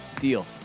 deal